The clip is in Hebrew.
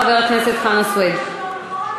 חבר הכנסת באסל גטאס,